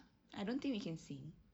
I don't think we can sing